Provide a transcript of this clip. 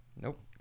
Nope